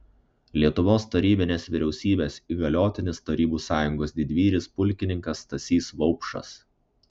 lietuvos tarybinės vyriausybės įgaliotinis tarybų sąjungos didvyris pulkininkas stasys vaupšas